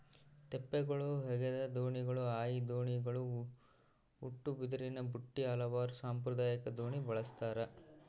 ತೆಪ್ಪಗಳು ಹಗೆದ ದೋಣಿಗಳು ಹಾಯಿ ದೋಣಿಗಳು ಉಟ್ಟುಬಿದಿರಿನಬುಟ್ಟಿ ಹಲವಾರು ಸಾಂಪ್ರದಾಯಿಕ ದೋಣಿ ಬಳಸ್ತಾರ